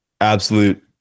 Absolute